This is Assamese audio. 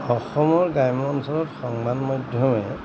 অসমৰ গ্ৰাম্য অঞ্চলত সংবাদ মাধ্যমে